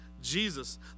Jesus